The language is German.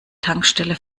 tankstelle